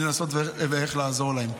לנסות לראות איך לעזור להם,